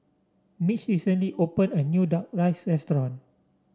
Mitch recently opened a new Duck Rice Restaurant